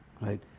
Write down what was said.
right